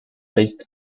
based